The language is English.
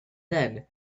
then